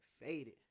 faded